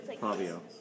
Fabio